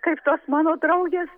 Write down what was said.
kaip tos mano draugės